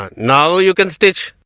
you know you can stitch